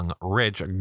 Rich